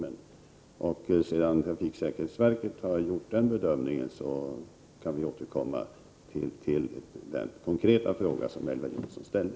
Efter det att trafiksäkerhetsverket har gjort sin bedömning, kan vi återkomma till den konkreta fråga som Elver Jonsson ställde.